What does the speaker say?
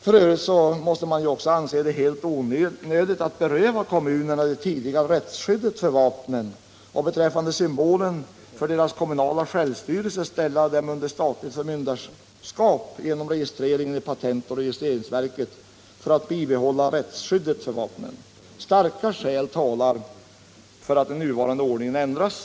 F. ö. måste det sägas vara helt onödigt att beröva kommunerna det tidigare rättsskyddet för vapnen och beträffande symbolen för deras kommunala självstyrelse ställa dem under statligt förmynderskap genom registreringen i patentoch registreringsverket för att bibehålla rättsskyddet för vapnen. Starka skäl talar för att den nuvarande ordningen ändras.